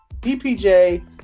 DPJ